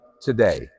today